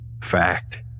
Fact